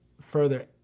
further